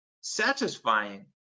satisfying